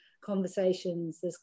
conversations